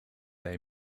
they